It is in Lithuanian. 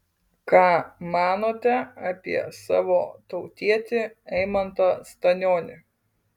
ką manote apie savo tautietį eimantą stanionį